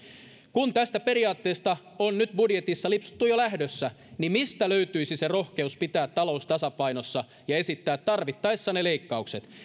kun tästä periaatteesta on nyt budjetissa lipsuttu jo lähdössä niin mistä löytyisi se rohkeus pitää talous tasapainossa ja esittää tarvittaessa ne leikkaukset